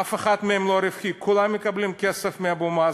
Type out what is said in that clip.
אף אחד מהם לא רווחי, כולם מקבלים כסף מאבו מאזן,